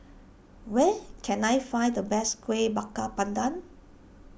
where can I find the best Kuih Bakar Pandan